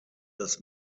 das